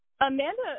Amanda